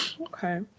Okay